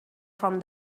from